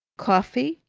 coffee,